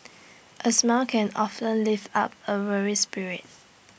A smile can often lift up A weary spirit